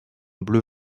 bleu